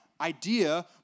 idea